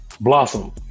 blossom